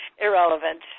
irrelevant